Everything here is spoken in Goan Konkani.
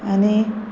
आनी